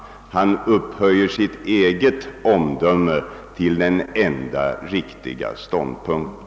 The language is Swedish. Han upphöjer sitt eget omdöme till den enda riktiga ståndpunkten.